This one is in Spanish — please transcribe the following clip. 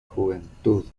juventud